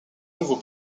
nouveau